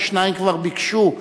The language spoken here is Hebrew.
כי שניים כבר ביקשו.